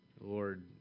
Lord